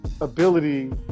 ability